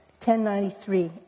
1093